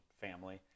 family